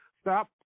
Stop